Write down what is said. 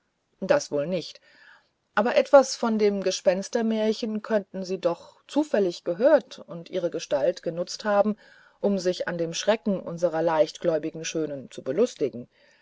das wohl nicht aber etwas von dem gespenstermärchen könnten sie doch zufällig gehört und ihre gestalt benutzt haben um sich an dem schrecken unserer leichtgläubigen schönen zu belustigen